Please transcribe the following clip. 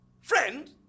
Friend